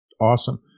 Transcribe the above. Awesome